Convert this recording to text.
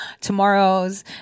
tomorrow's